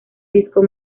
disco